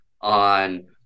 on